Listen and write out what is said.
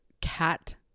cat